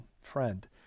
friend